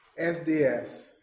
SDS